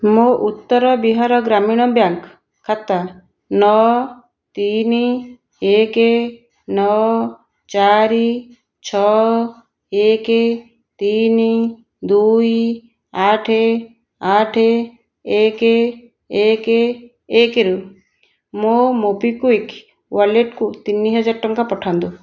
ମୋ' ଉତ୍ତର ବିହାର ଗ୍ରାମୀଣ ବ୍ୟାଙ୍କ ଖାତା ନଅ ତିନି ଏକ ନଅ ଚାରି ଛଅ ଏକ ତିନି ଦୁଇ ଆଠ ଆଠ ଏକ ଏକ ଏକରୁ ମୋ' ମୋବିକ୍ଵିକ୍ ୱାଲେଟକୁ ତିନି ହଜାର ଟଙ୍କା ପଠାନ୍ତୁ